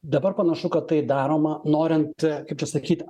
dabar panašu kad tai daroma norint kaip čia sakyt